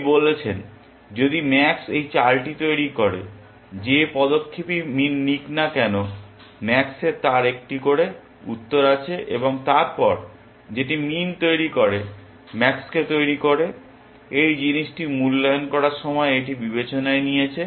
তিনি বলেছেন যদি ম্যাক্স এই চালটি তৈরি করে যে পদক্ষেপই মিন নিক না কেন ম্যাক্সের তার একটি করে উত্তর আছে এবং তারপর যেটি মিন তৈরি করে ম্যাক্সকে তৈরী করে এই জিনিসটি মূল্যায়ন করার সময় এটি বিবেচনায় নিয়েছে